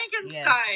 Frankenstein